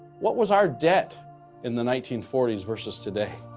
what was our debt in the nineteen forty s versus today?